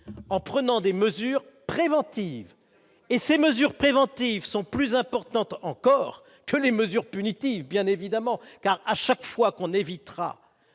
en prenant des mesures préventives et ces mesures préventives sont plus importantes encore que les mesures punitives bien évidemment car à chaque fois qu'on évitera